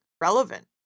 relevant